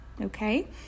Okay